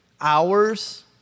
hours